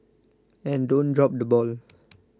and don't drop the ball